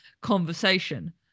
conversation